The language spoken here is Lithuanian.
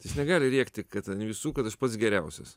jis negali rėkti kad ten visų kad aš pats geriausias